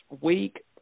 week